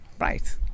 Right